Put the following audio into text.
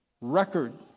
record